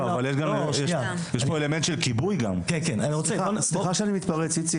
סליחה איציק,